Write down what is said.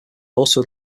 also